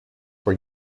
for